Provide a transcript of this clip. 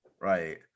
right